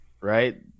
right